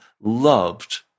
loved